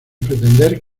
pretender